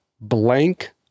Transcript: blank